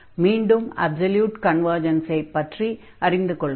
மீண்டும் அப்ஸல்யூட் கன்வர்ஜன்ஸை பற்றி அறிந்து கொள்வோம்